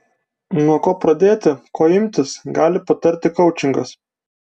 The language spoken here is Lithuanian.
nuo ko pradėti ko imtis gali patarti koučingas